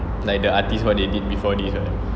like the artist what they did before this